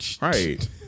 right